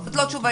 לא,